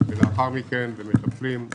וגם לאחר מכן ומטפלים.